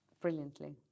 Brilliantly